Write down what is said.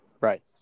Right